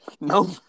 no